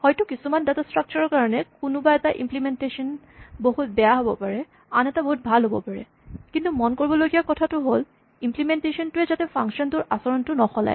হয়তু কিছুমান data structure ৰ কাৰণে কোনোবা এটা ইমপ্লিমেন্টেচন বহুত বেয়া হ'ব পাৰে আন এটা বহুত ভাল হ'ব পাৰে কিন্তু মন দিবলগীয়া কথা হ'ল ইমপ্লিমেন্টেচন টোৱে যাতে ফাংচন টোৰ আচৰণটো নসলায়